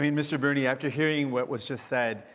i mean mr. bernier, after hearing what was just said,